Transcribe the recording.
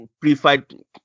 pre-fight